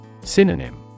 Synonym